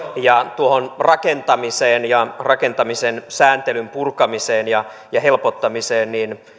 ja tuohon rakentamiseen ja rakentamisen sääntelyn purkamiseen ja ja helpottamiseen